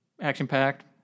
action-packed